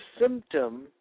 symptom